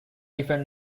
different